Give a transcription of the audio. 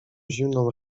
zimną